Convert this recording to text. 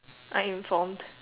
I am from